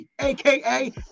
aka